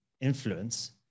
influence